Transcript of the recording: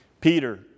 Peter